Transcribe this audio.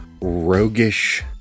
roguish